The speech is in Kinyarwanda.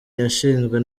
yashinzwe